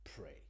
pray